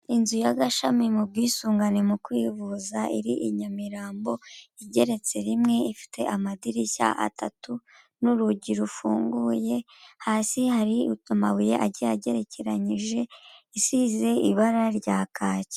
Inzu y'agashami mu bwisungane mu kwivuza iri i Nyamirambo, igeretse rimwe ifite amadirishya atatu n'urugi rufunguye, hasi hari amabuye agiye agerekeranyije isize ibara rya kaki.